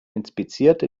inspizierte